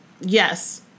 yes